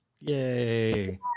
yay